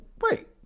wait